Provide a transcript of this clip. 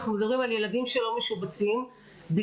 אנחנו מדברים על ילדים שלא משובצים בגלל